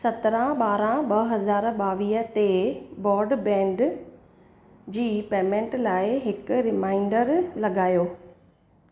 सत्रहं ॿारहं ॿ हज़ार ॿावीह ते ब्रॉडबैंड जी पेमेंट लाइ हिक रिमाइंडर लॻायो